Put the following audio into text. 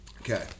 Okay